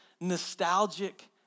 nostalgic